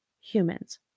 humans